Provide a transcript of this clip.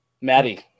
Maddie